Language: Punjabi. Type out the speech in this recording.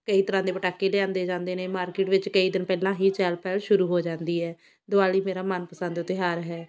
ਕਈ ਤਰ੍ਹਾਂ ਦੇ ਪਟਾਕੇ ਲਿਆਂਦੇ ਜਾਂਦੇ ਨੇ ਮਾਰਕੀਟ ਵਿੱਚ ਕਈ ਦਿਨ ਪਹਿਲਾਂ ਹੀ ਚਹਿਲ ਪਹਿਲ ਸ਼ੁਰੂ ਹੋ ਜਾਂਦੀ ਹੈ ਦੀਵਾਲੀ ਮੇਰਾ ਮਨਪਸੰਦ ਤਿਉਹਾਰ ਹੈ